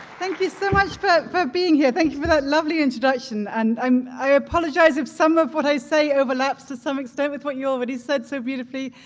thank you so much for for being here. thank you for that lovely introduction. and um i apologize if some of what i say overlaps to some extent with what you already said so beautifully.